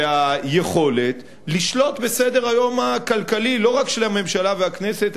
והיכולת לשלוט בסדר-היום הכלכלי לא רק של הממשלה והכנסת,